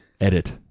edit